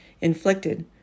inflicted